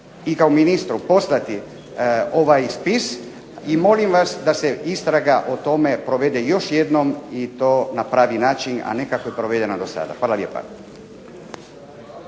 i kao ministru poslati ovaj spis i molim vas da se istraga o tome provede još jednom i to na pravi način, a ne kako je provedena dosada. Hvala lijepa.